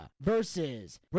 versus